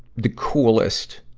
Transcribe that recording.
the coolest